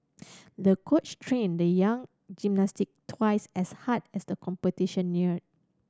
the coach trained the young gymnast twice as hard as the competition neared